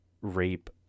rape